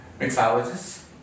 mixologist